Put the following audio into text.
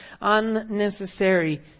unnecessary